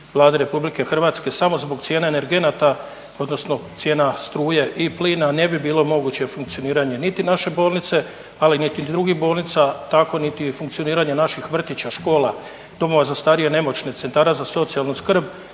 Vlade RH samo zbog cijene energenata, odnosno cijena struje i plina ne bi bilo moguće funkcioniranje niti naše bolnice, ali niti drugih bolnica, tako niti funkcioniranje naših vrtića, škola, domova za starije, nemoćne, centara za socijalnu skrb